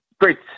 great